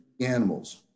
animals